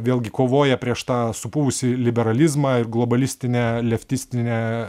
vėlgi kovoja prieš tą supuvusį liberalizmą ir globalistinę leftistinę